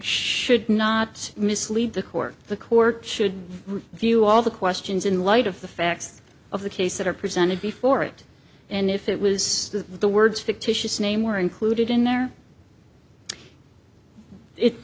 should not mislead the court the court should view all the questions in light of the facts of the case that are presented before it and if it was the words fictitious name were included in there it